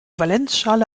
valenzschale